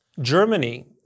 Germany